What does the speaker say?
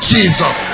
Jesus